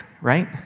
right